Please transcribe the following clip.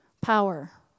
power